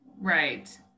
Right